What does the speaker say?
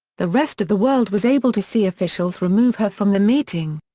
the rest of the world was able to see officials remove her from the meeting.